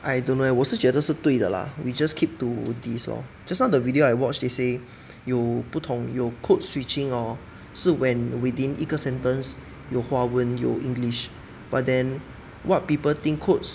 I don't know leh 我是觉得是对的 lah we just keep to this lor just now the video I watch they say 有不同有 code switching hor 是 when within 一个 sentence 有华文有 english but then what people think codes